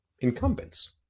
incumbents